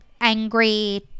angry